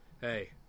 Hey